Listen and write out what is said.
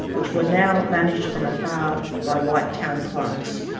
which were now managed from afar by white town clerks.